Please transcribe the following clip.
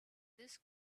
this